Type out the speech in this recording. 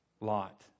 Lot